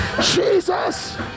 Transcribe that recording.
Jesus